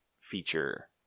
feature